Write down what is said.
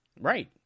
right